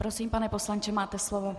Prosím, pane poslanče, máte slovo.